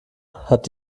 hat